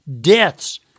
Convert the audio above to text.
deaths